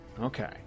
Okay